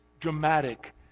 dramatic